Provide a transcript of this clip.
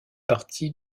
partie